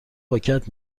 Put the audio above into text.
پاکت